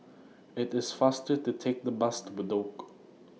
IT IS faster to Take The Bus to Bedok